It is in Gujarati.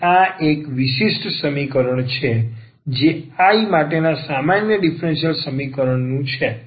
તેથી આ એક વિશિષ્ટ સમીકરણ છે જે I માટેના સામાન્ય ડીફરન્સીયલ સમીકરણનું છે